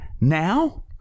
now